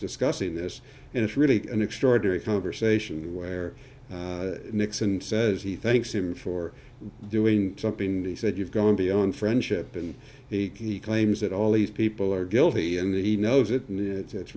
discussing this and it's really an extraordinary conversation where nixon says he thanks him for doing something and he said you've gone beyond friendship and he claims that all these people are guilty and he knows it and it's